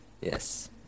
Yes